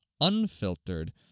unfiltered